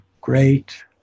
great